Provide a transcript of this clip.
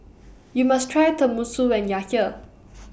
YOU must Try Tenmusu when YOU Are here